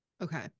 Okay